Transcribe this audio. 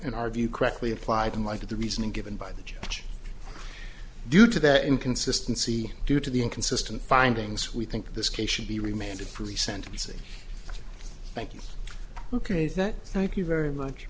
in our view correctly applied in light of the reasoning given by the judge due to that inconsistency due to the inconsistent findings we think this case should be remanded pre sentencing thank you ok is that thank you very much